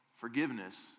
forgiveness